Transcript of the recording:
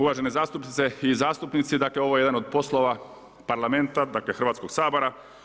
Uvažene zastupnice i zastupnici, dakle ovo je jedan od poslova Parlamenta, dakle Hrvatskog sabora.